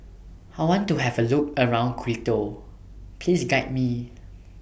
I want to Have A Look around Quito Please Guide Me